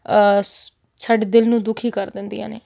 ਸ ਸਾਡੇ ਦਿਲ ਨੂੰ ਦੁਖੀ ਕਰ ਦਿੰਦੀਆਂ ਨੇ